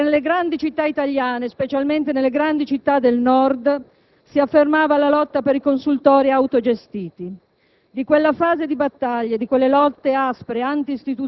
A Firenze fondò il CISA, mentre nelle grandi città italiane, specialmente quelle del Nord, si affermava la lotta per i consultori autogestiti.